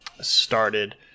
started